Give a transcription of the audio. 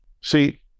See